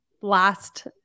last